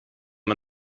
man